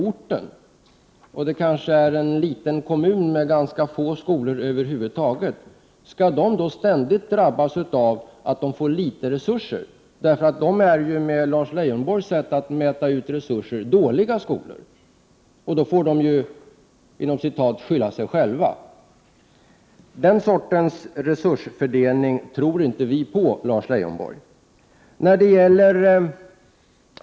1988/89:120 orten, och det kanske är en liten kommun med ganska få skolor över huvud 24 maj 1989 taget, skall den skolan då ständigt drabbas av att den får små resurser, eftersom en sådan skola enligt Lars Leijonborgs sätt att mäta ut resurser är en dålig skola, och får ”skylla sig själv”? Den sortens resursfördelning tror inte centern på, Lars Leijonborg.